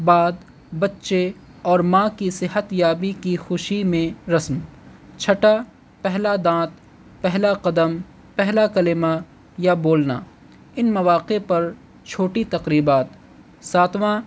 بعد بچے اور ماں کی صحتیابی کی خوشی میں رسم چھٹا پہلا دانت پہلا قدم پہلا قلیمہ یا بولنا ان مواقع پر چھوٹی تقریبات ساتواں